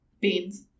Beans